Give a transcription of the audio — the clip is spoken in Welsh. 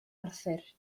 arthur